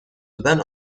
دادن